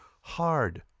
Hard